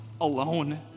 alone